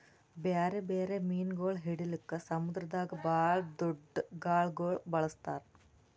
ಬ್ಯಾರೆ ಬ್ಯಾರೆ ಮೀನುಗೊಳ್ ಹಿಡಿಲುಕ್ ಸಮುದ್ರದಾಗ್ ಭಾಳ್ ದೊಡ್ದು ಗಾಳಗೊಳ್ ಬಳಸ್ತಾರ್